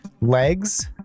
legs